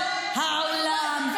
-- והיא כן היא תהיה מוכרת בכל העולם,